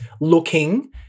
looking